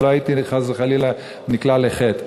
ולא הייתי חס וחלילה נקלע לחטא.